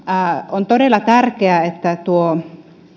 on todella tärkeää että tuo